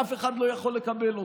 שאף אחד לא יכול לקבל אותו,